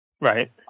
Right